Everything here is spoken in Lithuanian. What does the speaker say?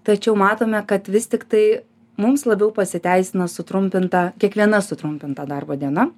tačiau matome kad vis tiktai mums labiau pasiteisina sutrumpinta kiekviena sutrumpinta darbo diena